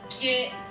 get